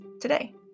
today